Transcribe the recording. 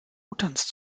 utans